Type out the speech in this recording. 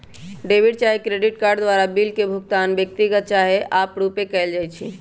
debit चाहे credit card द्वारा bill सभ के भुगतान व्यक्तिगत चाहे आपरुपे कएल जाइ छइ